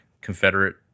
Confederate